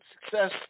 success